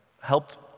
helped